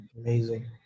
Amazing